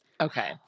Okay